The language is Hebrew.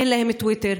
אין להם טוויטר,